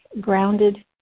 grounded